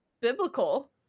biblical